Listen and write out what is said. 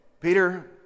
peter